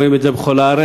רואים את זה בכל הארץ.